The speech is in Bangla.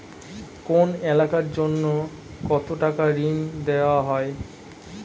কোন এলাকার জন্য কত টাকা ঋণ দেয়া হয়?